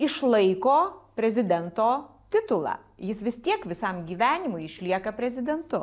išlaiko prezidento titulą jis vis tiek visam gyvenimui išlieka prezidentu